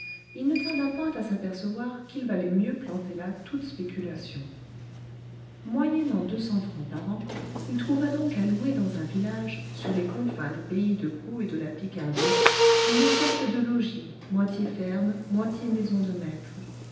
il ne tarda point à s'apercevoir qu'il valait mieux planter là toute spéculation moyennant deux cents francs par an il trouva donc à louer dans un village sur les confins du pays de caux et de la picardie une sorte de logis moitié ferme moitié maison de maître